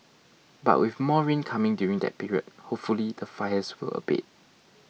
but with more rain coming during that period hopefully the fires will abate